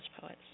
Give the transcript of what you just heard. poets